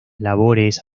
labores